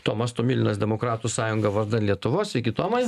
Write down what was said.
tomas tomilinas demokratų sąjunga vardan lietuvos sveiki tomai